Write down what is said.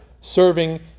serving